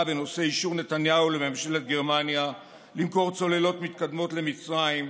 בנושא אישור נתניהו לממשלת גרמניה למכור צוללות מתקדמות למצרים,